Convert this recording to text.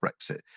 Brexit